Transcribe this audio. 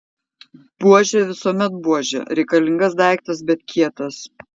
buožė visuomet buožė reikalingas daiktas bet kietas